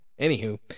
Anywho